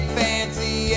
fancy